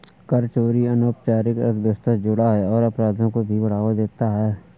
कर चोरी अनौपचारिक अर्थव्यवस्था से जुड़ा है और अपराधों को भी बढ़ावा देता है